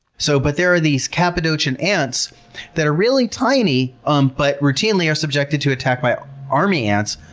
so but there are these cappadocian ants that are really tiny um but routinely are subjected to attack by ah army ants.